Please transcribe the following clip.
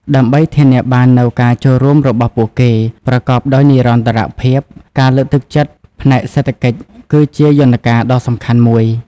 ដើម្បីធានាបាននូវការចូលរួមរបស់ពួកគេ ប្រកបដោយនិរន្តរភាព ការលើកទឹកចិត្តផ្នែកសេដ្ឋកិច្ច គឺជាយន្តការដ៏សំខាន់មួយ។